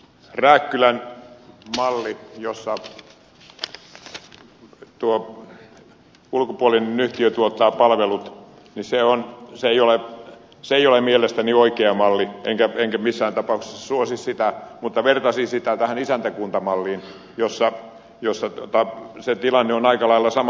rääkkylän malli jossa ulkopuolinen yhtiö tuottaa palvelut kyse on se jolla se ei ole mielestäni oikea malli enkä missään tapauksessa suosi sitä mutta vertasin sitä tähän isäntäkuntamalliin jossa se tilanne on aika lailla sama